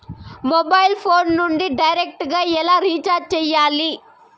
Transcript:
mobile phone నుండి direct గా ఎలా రీచార్జి సేయాలి